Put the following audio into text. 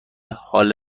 حال